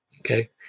Okay